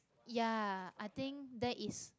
ya I think that is